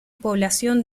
población